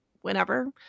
Whenever